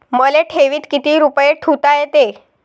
मले ठेवीत किती रुपये ठुता येते?